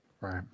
right